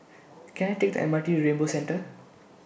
Can I Take The M R T Rainbow Centre